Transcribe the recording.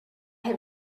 have